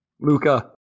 Luca